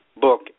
book